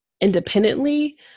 independently